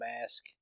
mask